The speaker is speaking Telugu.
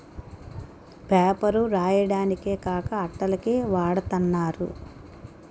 పేపర్ రాయడానికే కాక అట్టల కి వాడతన్నారు